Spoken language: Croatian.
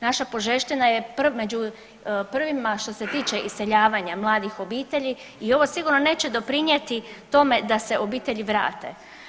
Naša Požeština je među prvima što se tiče iseljavanja mladih obitelji i ovo sigurno neće doprinijeti tome da se obitelji vrate.